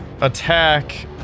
attack